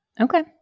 Okay